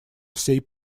всей